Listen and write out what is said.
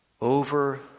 over